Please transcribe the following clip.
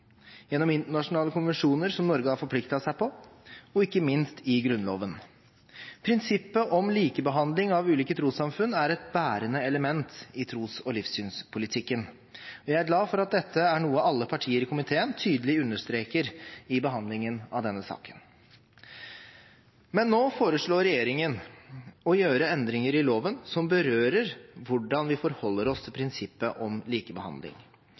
gjennom internasjonale konvensjoner som Norge har forpliktet seg på, og ikke minst i Grunnloven. Prinsippet om likebehandling av trossamfunn er et bærende element i tros- og livssynspolitikken. Jeg er glad for at dette er noe alle partier i komiteen tydelig understreker i behandlingen av denne saken. Men nå foreslår regjeringen å gjøre endringer i loven som berører hvordan vi forholder oss til prinsippet om likebehandling.